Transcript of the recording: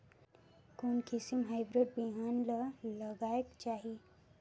कोन किसम हाईब्रिड बिहान ला लगायेक चाही?